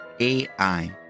AI